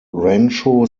rancho